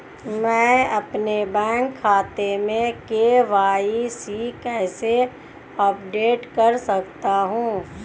मैं अपने बैंक खाते में के.वाई.सी कैसे अपडेट कर सकता हूँ?